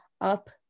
up